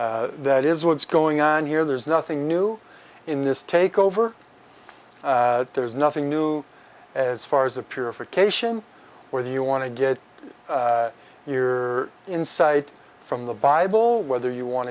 it that is what's going on here there's nothing new in this takeover there's nothing new as far as the purification whether you want to get your insight from the bible whether you want